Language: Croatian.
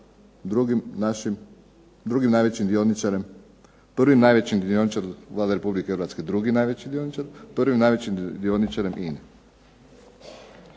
drugim najvećim dioničarem. Prvi najveći dioničar Vlada Republike Hrvatske drugi najveći dioničar, prvim najvećim dioničarem INA-e.